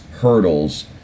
hurdles